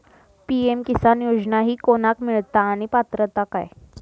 PM Kisan योजना ही कोणाक मिळता आणि पात्रता काय?